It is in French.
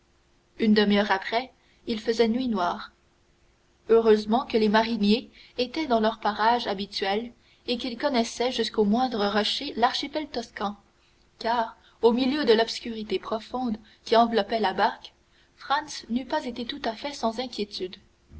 une demi-heure après il faisait nuit noire heureusement que les mariniers étaient dans leurs parages habituels et qu'ils connaissaient jusqu'au moindre rocher de l'archipel toscan car au milieu de l'obscurité profonde qui enveloppait la barque franz n'eût pas été tout à fait sans inquiétude